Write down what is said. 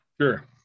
Sure